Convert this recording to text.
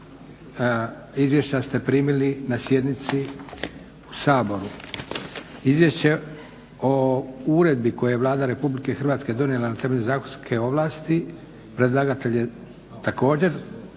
Izvješća ste primili na sjednici u Saboru. Izvješće o uredbi koju je Vlada RH donijela na temelju zakonske ovlasti, predlagatelj je također